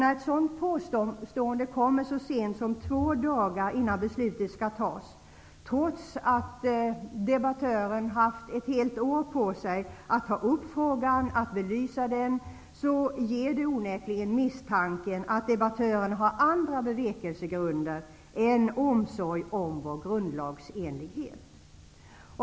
När ett sådant påstående kommer så sent som två dagar innan beslut om avtalet skall fattas, trots att debattören haft ett helt år på sig att belysa frågan, ger det onekligen misstanken att debattören har andra bevekelsegrunder än omsorg om avtalets grundlagsenlighet.